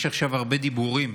יש עכשיו הרבה דיבורים